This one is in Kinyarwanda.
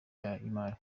y’imari